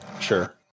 Sure